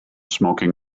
smoking